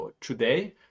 today